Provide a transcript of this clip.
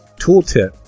tooltip